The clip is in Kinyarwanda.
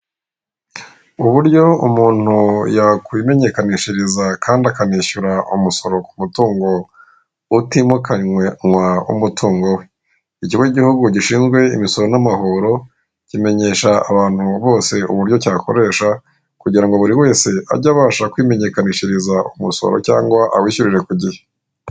Uburyo umuntu yakwimenyekanishiriza kandi akanishyura umusoro ku mutungo utimukanwa w'umutungo we. Ikigo cy'igihugu gishinzwe imisoro n'amahoro kimenyesha abantu bose uburyo cyakoresha kugira ngo buri wese ajye abasha kwimenyekanishiriza umusoro cyangwa awishyurire ku gihe.